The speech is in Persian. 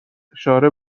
اشاره